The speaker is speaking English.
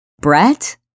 Brett